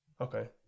Okay